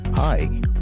Hi